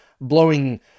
blowing